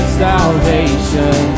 salvation